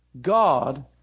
God